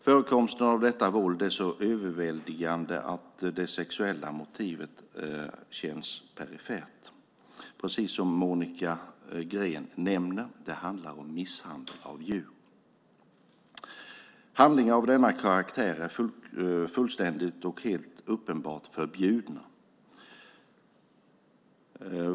Förekomsten av detta våld är så överväldigande att det sexuella motivet känns perifert. Precis som Monica Green nämner handlar det om misshandel av djur. Handlingar av denna karaktär är fullständigt och helt uppenbart förbjudna.